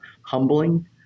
Humbling